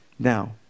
Now